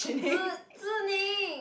Zi Zi-Ning